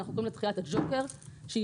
ואנחנו קוראים לה דחיית הג'וקר שהיא